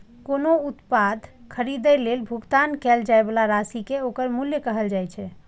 कोनो उत्पाद खरीदै लेल भुगतान कैल जाइ बला राशि कें ओकर मूल्य कहल जाइ छै